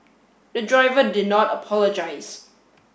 the driver did not apologise